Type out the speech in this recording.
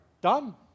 done